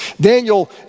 Daniel